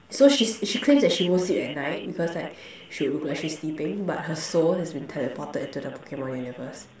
so she she claims that she won't sleep at night because like she would look like she's sleeping but her soul has been teleported into the Pokemon universe